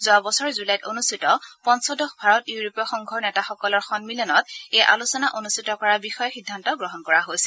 যোৱা বছৰ জুলাইত অনূষ্ঠিত পঞ্চদশ ভাৰত ইউৰোপীয় সংঘৰ নেতাসকলৰ সন্মিলনত এই আলোচনা অনুষ্ঠিত কৰাৰ বিষয়ে সিদ্ধান্ত গ্ৰহণ কৰি হৈছিল